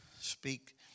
speak